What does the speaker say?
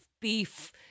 beef